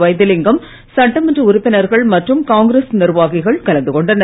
வைத்திலிங்கம் சட்டமன்ற உறுப்பினர்கள் மற்றும் காங்கிரஸ் நிர்வாகிகள் கலந்து கொண்டனர்